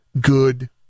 good